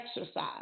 exercise